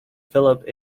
philip